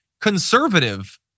conservative